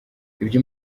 ibyo